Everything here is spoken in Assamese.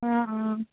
অঁ অঁ